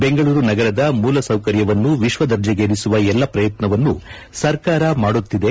ಬೆಂಗಳೂರು ನಗರದ ಮೂಲ ಸೌಕರ್ಯವನ್ನು ವಿಶ್ವದರ್ಜೆಗೇರಿಸುವ ಎಲ್ಲ ಪ್ರಯತ್ನವನ್ನು ಸರ್ಕಾರ ಮಾಡುತ್ತಿದೆ